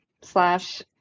slash